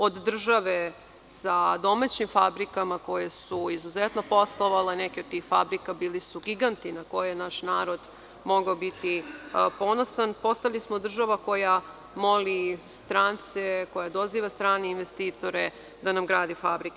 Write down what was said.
Od države sa domaćim fabrikama koje su izuzetno poslovale, neke od tih fabrika bili su giganti na koje je naš narod mogao biti ponosan, postali smo država koja moli strance, koja doziva strane investitore da nam gradi fabrike.